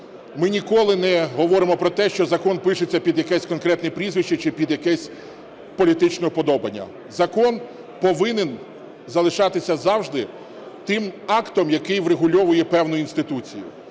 ми ніколи не говоримо про те, що закон пишеться під якесь конкретне прізвище чи під якесь політичне уподобання. Закон повинен залишатися завжди тим актом, який врегульовує певну інституцію.